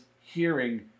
hearing